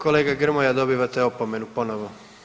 Kolega Grmoja dobivate opomenu ponovo.